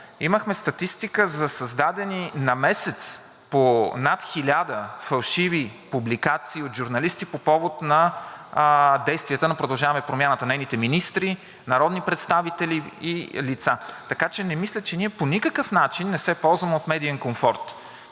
имахме статистика за създадени на месец по над 1000 фалшиви публикации от журналисти по повод действията на „Продължаваме Промяната“, нейните министри, народни представители и лица. Така че ние по никакъв начин не се ползваме от медиен комфорт.